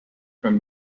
from